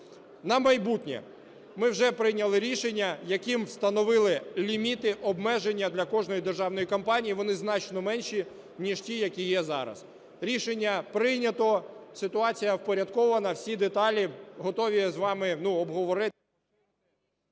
на майбутнє ми вже прийняли рішення, яким встановили ліміти, обмеження для кожної державної компанії, вони значно менші ніж ті, які є зараз. Рішення прийнято, ситуація впорядкована. Всі деталі готові з вами обговорити…